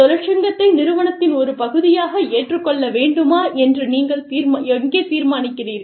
தொழிற்சங்கத்தை நிறுவனத்தின் ஒரு பகுதியாக ஏற்றுக்கொள்ள வேண்டுமா என்று நீங்கள் எங்கே தீர்மானிக்கிறீர்கள்